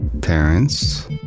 parents